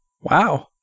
Wow